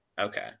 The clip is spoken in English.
Okay